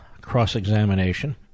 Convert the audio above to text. cross-examination